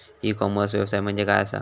E commerce व्यवसाय म्हणजे काय असा?